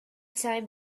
time